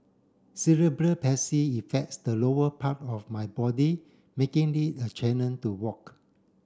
Cerebral Palsy affects the lower part of my body making it a challenge to walk